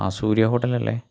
ആ സൂര്യ ഹോട്ടൽ അല്ലേ